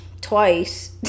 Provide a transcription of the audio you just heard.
twice